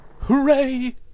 Hooray